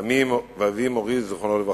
ואבי מורי, זיכרונו לברכה,